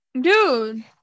dude